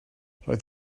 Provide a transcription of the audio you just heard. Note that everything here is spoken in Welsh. roedd